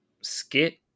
skit